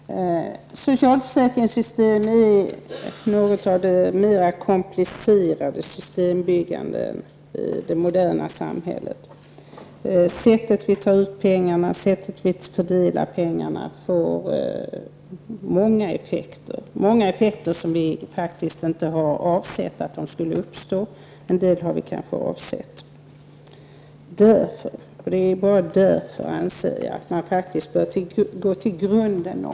Herr talman! Socialförsäkringssystem är något av de mera komplicerade systembyggandena i det moderna samhället. Det sätt på vilket vi tar ut pengarna och det sätt på vilket vi fördelar pengarna får många effekter som vi faktiskt inte har avsett att de skall ha; en del har vi kanske avsett. Det är endast därför som jag anser att man faktiskt bör gå till grunden.